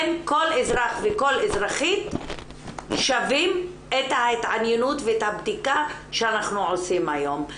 כל אזרח וכל אזרחית שווים את ההתעניינות ואת הבדיקה שאנחנו עושים היום.